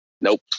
Nope